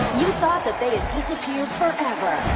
you thought that they had disappeared forever,